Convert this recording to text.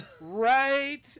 right